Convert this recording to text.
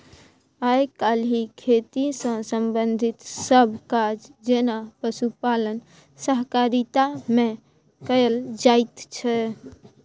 आइ काल्हि खेती सँ संबंधित सब काज जेना पशुपालन सहकारिता मे कएल जाइत छै